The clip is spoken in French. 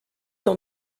dans